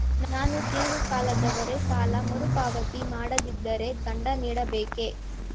ನಾನು ಧೀರ್ಘ ಕಾಲದವರೆ ಸಾಲ ಮರುಪಾವತಿ ಮಾಡದಿದ್ದರೆ ದಂಡ ನೀಡಬೇಕೇ?